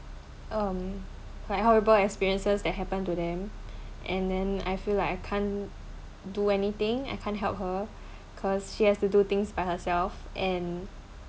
um like horrible experiences that happen to them and then I feel like I can't do anything I can't help her cause she has to do things by herself and